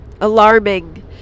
alarming